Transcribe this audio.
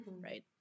right